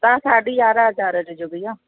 तव्हां साढी यारहां हज़ार ॾिजो भैया